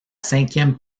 cinquième